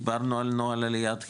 דיברנו על נוהל עליית חירום,